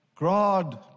God